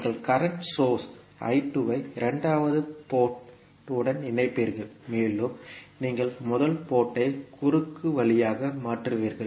நீங்கள் current source ஐ இரண்டாவது போர்ட் உடன் இணைப்பீர்கள் மேலும் நீங்கள் முதல் போர்ட் ஐ குறுக்கு வழியாக மாற்றுவீர்கள்